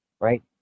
right